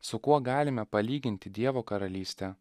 su kuo galime palyginti dievo karalystę